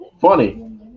Funny